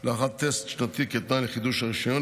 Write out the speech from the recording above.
לעריכת טסט שנתי כתנאי לחידוש הרישיון,